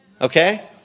Okay